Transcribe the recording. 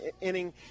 inning